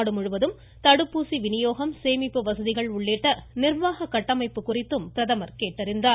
நாடு முழுவதும் தடுப்பூசி வினியோகம் சேமிப்பு வசதிகள் உள்ளிட்ட நிவாக கட்டமைப்பு குறித்தும் பிரதமர் கேட்டறிந்தார்